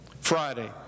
Friday